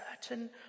certain